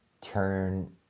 turn